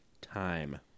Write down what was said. time